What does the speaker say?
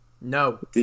No